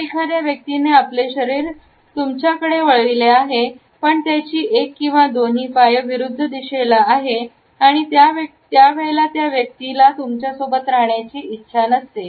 जर एखाद्या व्यक्तीने आपले शरीर तुमच्याकडे वळविले आहे पण त्याची एक किंवा दोन्ही पाय विरुद्ध दिशेला आहे त्यावेळेला त्या व्यक्तीला तुमच्यासोबत राहण्याची इच्छा नसते